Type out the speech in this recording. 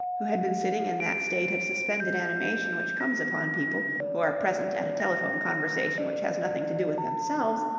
who had been sitting in that state of suspended animation which comes upon people who are present at a telephone conversation which has nothing to do with themselves,